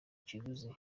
kiguzi